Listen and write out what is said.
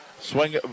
Swing